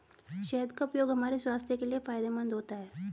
शहद का उपयोग हमारे स्वास्थ्य के लिए फायदेमंद होता है